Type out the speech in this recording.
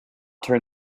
turn